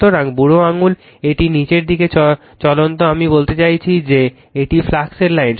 সুতরাং বুড়ো আঙুল এটি নীচের দিকে চলন্ত আমি বলতে চাচ্ছি যে এটি ফ্লাক্স লাইন